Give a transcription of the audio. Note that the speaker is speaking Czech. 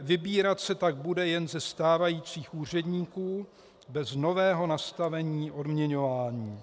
Vybírat se tak bude jen ze stávajících úředníků bez nového nastavení odměňování.